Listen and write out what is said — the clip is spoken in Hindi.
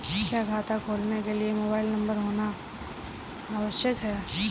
क्या खाता खोलने के लिए मोबाइल नंबर होना आवश्यक है?